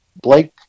Blake